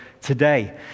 today